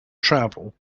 travel